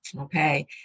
Okay